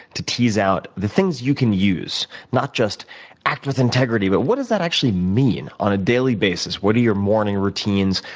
to tease out the things you can use not just act with integrity but what does that actually mean on a daily basis. what are your morning routines,